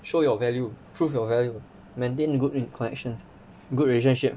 show your value prove your value maintain good connections good relationship